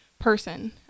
person